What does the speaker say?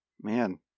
Man